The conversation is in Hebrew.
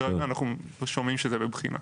כרגע אנחנו שומעים שזה בבחינה.